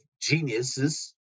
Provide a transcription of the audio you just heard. geniuses